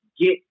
get